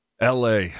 LA